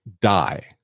die